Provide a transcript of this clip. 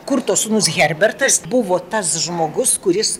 kurto sūnus herbertas buvo tas žmogus kuris